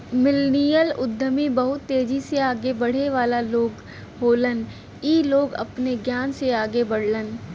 millennial उद्यमी बहुत तेजी से आगे बढ़े वाला लोग होलन इ लोग अपने ज्ञान से आगे बढ़लन